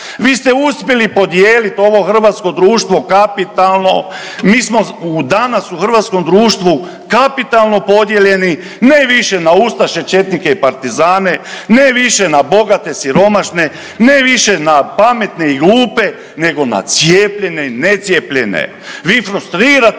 Vi ste uspjeli podijeliti ovo hrvatsko društvo kapitalno, mi smo u danas, u hrvatskom društvu kapitalno podijeljeni, ne više na ustaše, četnike i partizane, ne više na bogate, siromašne, ne više na pametne i glupe nego na cijepljene i necijepljene. Vi frustrirate